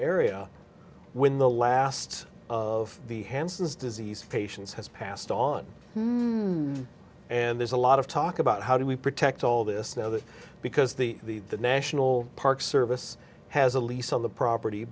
area when the last of the hansen's disease patients has passed on and there's a lot of talk about how do we protect all this know that because the national park service has a lease on the property